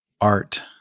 art